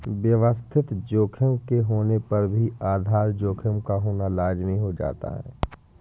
व्यवस्थित जोखिम के होने से भी आधार जोखिम का होना लाज़मी हो जाता है